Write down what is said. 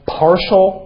partial